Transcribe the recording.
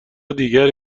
دیگری